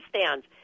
stands